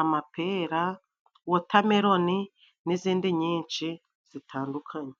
amapera, watameloni n'izindi nyinshi zitandukanye.